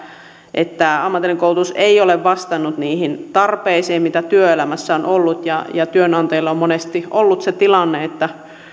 että ammatillinen koulutus ei ole vastannut niihin tarpeisiin mitä työelämässä on ollut työnantajilla on monesti ollut se tilanne että